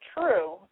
true